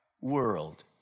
world